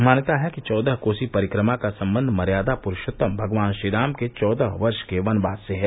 मान्यता है कि चौदह कोसी परिक्रमा का सम्बन्ध मर्यादा पुरुषोत्तम भगवान श्रीराम के चौदह वर्ष के वनवास से है